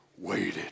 waited